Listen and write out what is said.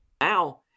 Now